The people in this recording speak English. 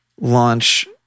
launch